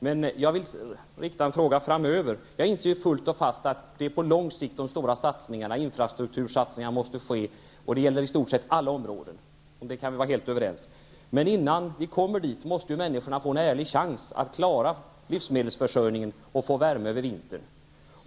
Jag vill rikta uppmärksamheten framåt. Jag inser ju fullt och fast att de stora infrastruktursatsningarna måste ske på lång sikt. Det gäller i stort sett alla områden. Det kan vi vara helt överens om. Men innan vi kommer dit måste människorna få en ärlig chans att klara livsmedelsförsörjningen och få värme över vintern.